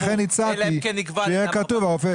לכן הצעתי שיהיה כתוב הרופא.